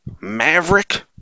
maverick